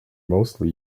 mostly